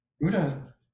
Buddha